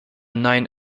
nine